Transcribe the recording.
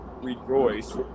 rejoice